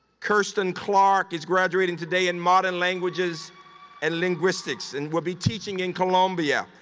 kirsten clark is graduating today in modern languages and linguistics and will be teaching in colombia.